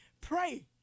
Pray